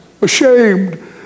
ashamed